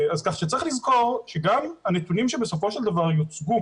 צריך לזכור שגם הנתונים שבסופו של דבר יוצגו